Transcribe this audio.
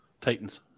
Titans